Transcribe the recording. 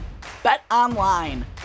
BetOnline